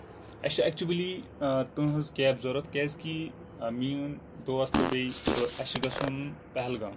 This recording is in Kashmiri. اَسہِ چھِ اٮ۪کچؤلی تُہنٛز کیب ضروٗرت کیازِ کہِ میون دوس تہٕ بیٚیہِ بہٕ اَسہِ چھُ گژھُن پہلگام